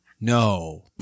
no